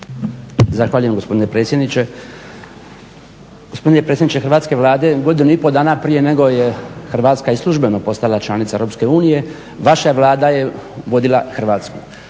Zahvaljujem gospodine predsjedniče. Gospodine predsjedniče hrvatske Vlade, godinu i pol dana prije nego je Hrvatska i službeno postala članica EU, vaša Vlada je vodila Hrvatsku.